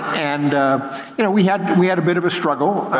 and you know we had we had a bit of a struggle?